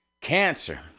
cancer